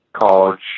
college